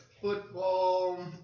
football